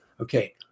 Okay